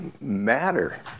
matter